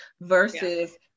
versus